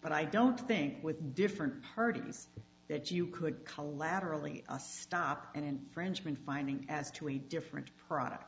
but i don't think with different parties that you could collaterally a stop and infringement finding as to a different product